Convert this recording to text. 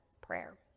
prayer